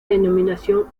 denominación